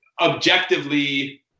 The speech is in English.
objectively